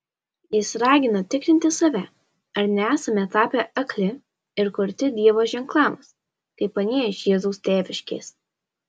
jis ragina tikrinti save ar nesame tapę akli ir kurti dievo ženklams kaip anie iš jėzaus tėviškės